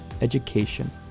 education